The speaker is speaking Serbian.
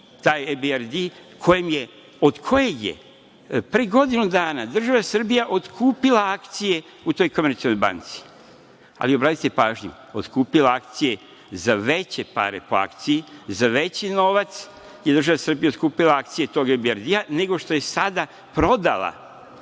taj IBRD od kojeg je pre godinu dana država Srbija otkupila akcije u toj „Komercijalnoj banci“. Obratite pažnju, otkupila akcije za veće pare po akciji, za veći novac i država Srbija otkupila akcije tog IBRD nego što je sada prodala